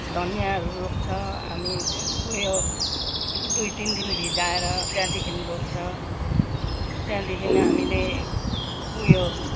धनियाँहरू रोप्छ हामी उयो दुई तिन दिन भिजाएर त्यहाँदेखि रोप्छ त्यहाँदेखि नै हामीले उयो